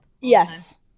Yes